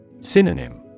Synonym